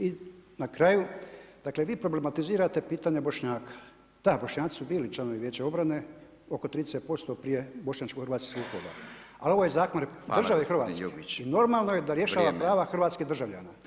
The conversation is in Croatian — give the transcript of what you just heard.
I na kraju, dakle vi problematizirate pitanje Bošnjaka, da Bošnjaci su bili članovi Vijeća obrane oko 30% prije bošnjačko-hrvatskih sukoba, ali ovo je zakon države Hrvatske i normalno je da rješava prava hrvatskih državljana.